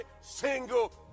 single